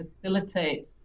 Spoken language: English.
facilitate